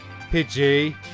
Pidgey